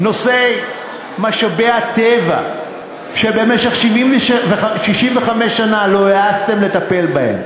נושא משאבי הטבע, שבמשך 65 שנה לא העזתם לטפל בו,